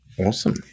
Awesome